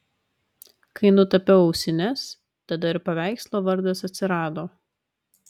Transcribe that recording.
kai nutapiau ausines tada ir paveikslo vardas atsirado